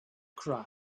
cry